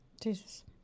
Jesus